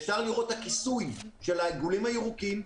אפשר לראות את הכיסוי של העיגולים הירוקים,